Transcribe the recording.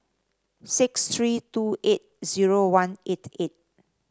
six three two eight zero one eight eight